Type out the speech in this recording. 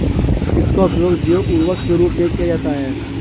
किसका उपयोग जैव उर्वरक के रूप में किया जाता है?